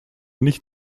nicht